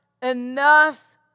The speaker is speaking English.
enough